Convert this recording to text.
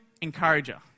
encourager